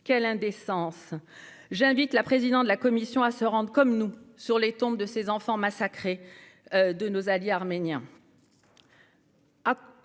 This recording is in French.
Quelle indécence ! J'invite la présidente de la Commission à se rendre, comme nous, sur les tombes de nos alliés arméniens